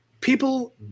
people